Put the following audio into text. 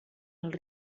els